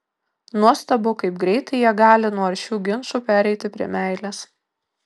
nuostabu kaip greitai jie gali nuo aršių ginčų pereiti prie meilės